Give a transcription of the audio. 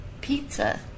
pizza